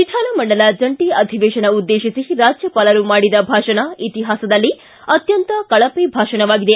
ವಿಧಾನಮಂಡಲ ಜಂಟ ಅಧಿವೇಶನ ಉದ್ದೇಶಿಸಿ ರಾಜ್ಯಪಾಲರು ಮಾಡಿದ ಭಾಷಣ ಇತಿಹಾಸದಲ್ಲೇ ಅತ್ಯಂತ ಕಳಪೆ ಭಾಷಣವಾಗಿದೆ